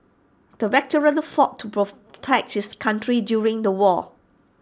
the veteran fought to protect his country during the war